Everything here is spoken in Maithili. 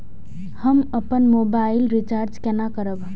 हम अपन मोबाइल रिचार्ज केना करब?